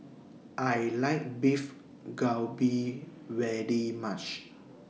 I like Beef Galbi very much